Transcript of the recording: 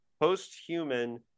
post-human